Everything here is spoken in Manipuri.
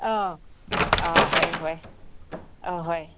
ꯑꯥ ꯑꯥ ꯍꯣꯏ ꯍꯣꯏ ꯑꯥ ꯍꯣꯏ